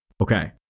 Okay